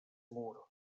mur